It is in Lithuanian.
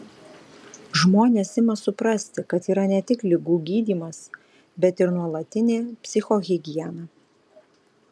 žmonės ima suprasti kad yra ne tik ligų gydymas bet ir nuolatinė psichohigiena